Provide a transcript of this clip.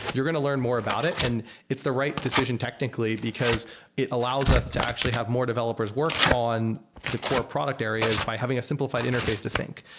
you're going to learn more about it and it's the right decision technically, because it allows us to actually have more developers work on the core product areas by having a simplified interface to sync.